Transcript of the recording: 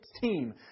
team